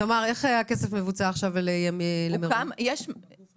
תמר, איך הכסף למירון מבוצע עכשיו?